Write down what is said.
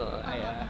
ah ah ah